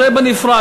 זה בנפרד,